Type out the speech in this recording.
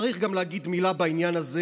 צריך גם להגיד מילה בעניין הזה,